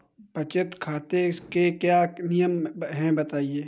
बचत खाते के क्या नियम हैं बताएँ?